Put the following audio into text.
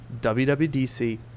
wwdc